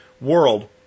world